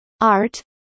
art